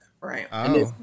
right